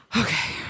Okay